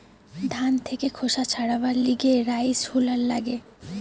ধান থেকে খোসা ছাড়াবার লিগে রাইস হুলার লাগে